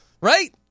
right